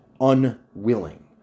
unwilling